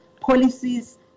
policies